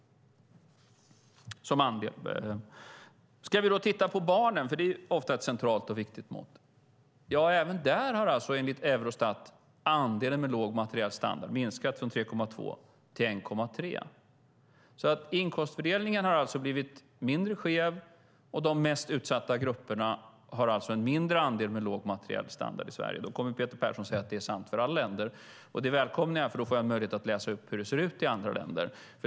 Vi kan också se hur det ser ut när det gäller barnen, för det är ofta ett centralt och viktigt mått. Även där har, enligt Eurostat, andelen med låg materiell standard minskat från 3,2 till 1,3 procent. Inkomstfördelningen har alltså blivit mindre skev, och de mest utsatta grupperna har en mindre andel med låg materiell standard i Sverige. Då kommer Peter Persson säga att det är sant för alla länder. Och det välkomnar jag, för då får jag en möjlighet att läsa upp hur det ser ut i andra länder.